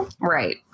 right